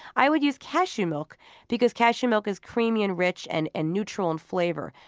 i would use cashew milk because cashew milk is creamy, and rich and and neutral in flavor.